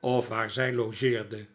of waar zij logeerde